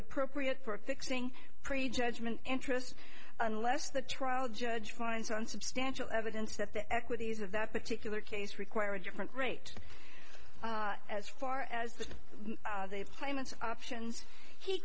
appropriate for fixing pre judgment interest unless the trial judge finds one substantial evidence that the equities of that particular case require a different rate as far as the claimants options he